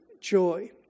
joy